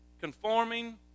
Conforming